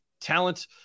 talent